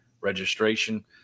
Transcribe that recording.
registration